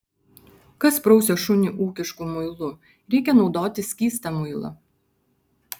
kas prausia šunį ūkišku muilu reikia naudoti skystą muilą